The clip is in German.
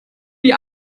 wie